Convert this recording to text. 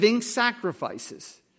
sacrifices